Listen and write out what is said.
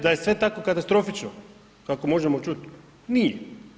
Da je sve tako katastrofično kako možemo čuti, nije.